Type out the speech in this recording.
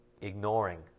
ignoring